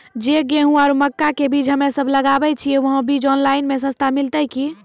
जे गेहूँ आरु मक्का के बीज हमे सब लगावे छिये वहा बीज ऑनलाइन मे सस्ता मिलते की?